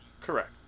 Correct